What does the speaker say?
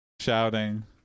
shouting